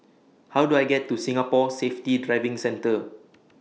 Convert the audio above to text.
How Do I get to Singapore Safety Driving Centre